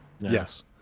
yes